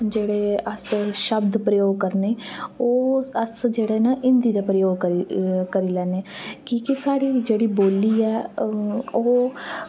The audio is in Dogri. जेह्ड़े अस शब्द प्रयोग करने ओह् अस जेह्ड़े न हिन्दी दे प्रयोग करी करी लैन्ने कि के साढ़ी जेह्ड़ी बोल्ली ऐ ओह्